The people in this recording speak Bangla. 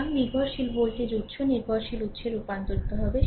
সুতরাং নির্ভরশীল ভোল্টেজ উত্স নির্ভরশীল উত্সে রূপান্তরিত হবে